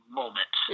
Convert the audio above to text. moment